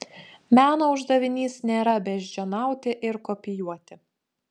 meno uždavinys nėra beždžioniauti ir kopijuoti